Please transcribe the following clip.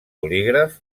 bolígraf